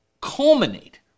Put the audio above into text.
culminate